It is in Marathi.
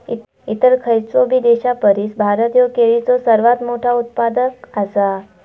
इतर खयचोबी देशापरिस भारत ह्यो केळीचो सर्वात मोठा उत्पादक आसा